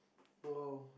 oh